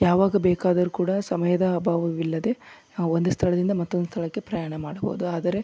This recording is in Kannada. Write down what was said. ಯಾವಾಗ ಬೇಕಾದರೂ ಕೂಡ ಸಮಯದ ಅಭಾವವಿಲ್ಲದೆ ಒಂದು ಸ್ಥಳದಿಂದ ಮತ್ತೊಂದು ಸ್ಥಳಕ್ಕೆ ಪ್ರಯಾಣ ಮಾಡಬಹುದು ಆದರೆ